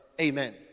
amen